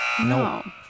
No